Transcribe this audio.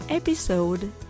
Episode